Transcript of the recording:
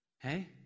hey